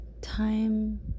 time